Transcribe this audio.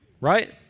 right